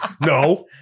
no